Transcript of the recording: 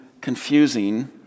confusing